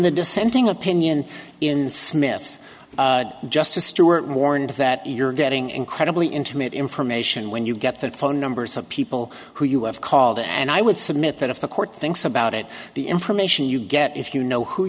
the dissenting opinion in smith justice stewart warned that you're getting incredibly intimate information when you get that phone numbers of people who you have called and i would submit that if the court thinks about it the information you get if you know who